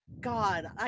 God